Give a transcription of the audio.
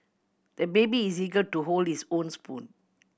the baby is eager to hold his own spoon